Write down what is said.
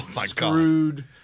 screwed